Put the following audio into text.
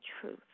truth